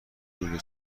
لوله